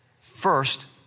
first